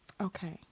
Okay